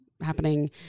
happening